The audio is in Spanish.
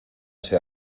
ese